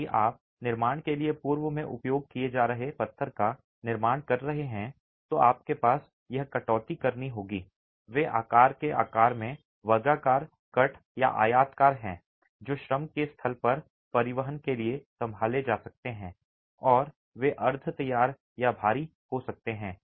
यदि आप निर्माण के लिए पूर्व में उपयोग किए जा रहे पत्थर का निर्माण कर रहे हैं तो आपको यह कटौती करनी होगी वे आकार के आकार में वर्गाकार कट या आयताकार हैं जो श्रम के स्थल पर परिवहन के लिए संभाले जा सकते हैं और वे अर्द्ध तैयार या भारी हो सकते हैं